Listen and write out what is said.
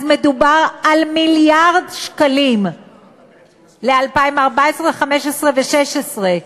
אז מדובר על מיליארד שקלים ל-2014, 15' ו-16',